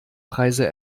preise